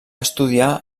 estudiar